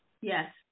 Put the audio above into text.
Yes